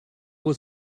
was